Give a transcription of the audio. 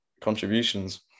contributions